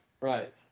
Right